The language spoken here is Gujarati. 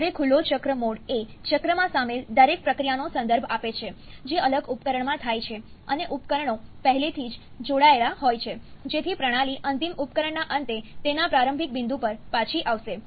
જ્યારે ખુલ્લો ચક્ર મોડ એ ચક્રમાં સામેલ દરેક પ્રક્રિયાનો સંદર્ભ આપે છે જે અલગ ઉપકરણમાં થાય છે અને ઉપકરણો પહેલેથી જ જોડાયેલા હોય છે જેથી પ્રણાલી અંતિમ ઉપકરણના અંતે તેના પ્રારંભિક બિંદુ પર પાછી આવશે